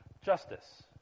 justice